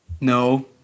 No